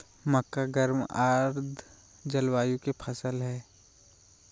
मक्का गर्म आर आर्द जलवायु के फसल हइ